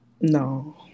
No